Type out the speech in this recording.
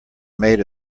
made